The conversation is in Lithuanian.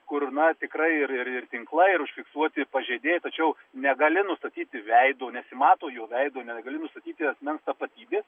kur na tikrai ir ir ir tinklai ir užfiksuoti pažeidėjai tačiau negali nustatyti veido nesimato jo veido negali nustatyti asmens tapatybės